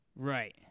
Right